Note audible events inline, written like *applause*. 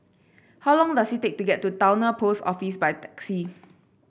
how long does it take to get to Towner Post Office by taxi *noise*